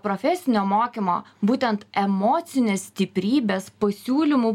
profesinio mokymo būtent emocinės stiprybės pasiūlymų